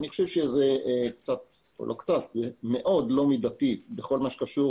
אני חושב שזה מאוד לא מידתי בכל הקשור